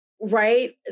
right